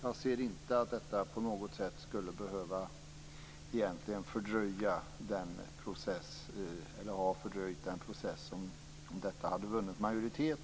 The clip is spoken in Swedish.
Om detta hade vunnit majoritet i utskottet skulle utskottet ha kunnat utarbeta nödvändiga lagtexter om det.